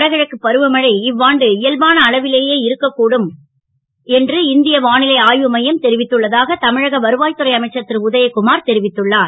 வடகிழக்கு பருவமழை இ வாண்டு இயல்பான அளவிலேயே இருக்க கூடும் என்று இந் ய வா லை ஆ வு மையம் தெரிவித்துள்ளதாக தமிழக வருவா துறை அமைச்சர் ருஉதயகுமார் தெரிவித்துள்ளார்